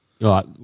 Right